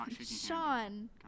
Sean